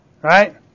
Right